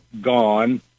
gone